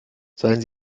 seien